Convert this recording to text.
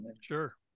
Sure